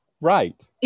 Right